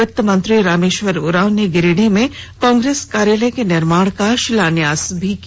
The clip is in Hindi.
वित्त मंत्री रामेश्वर उराँव ने गिरिंडीह में कांग्रेस कार्यालय के निर्माण का शिलान्यास भी किया